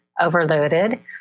overloaded